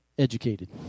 educated